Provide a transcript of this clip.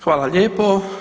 Hvala lijepo.